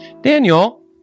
Daniel